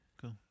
Cool